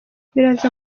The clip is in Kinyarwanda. biraza